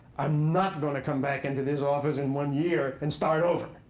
i'm not going to come back into this office in one year and start over.